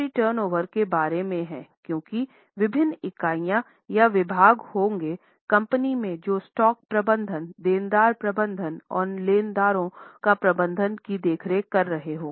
turnover के बारे में है क्योंकि विभिन्न इकाइयाँ या विभाग होंगे कंपनी में जो स्टॉक प्रबंधन देनदार प्रबंधन और लेनदारों का प्रबंधन की देखरेख कर रहे होंगे